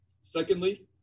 Secondly